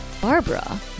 Barbara